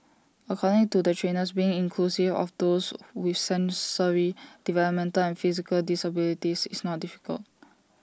according to the trainers being inclusive of those with sensory developmental and physical disabilities is not difficult